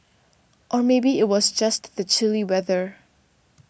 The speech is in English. or maybe it was just the chilly weather